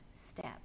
step